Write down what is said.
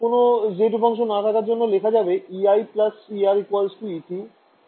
কোন z উপাংশ না থাকার জন্য লেখা যাবে EiErEt z0 তে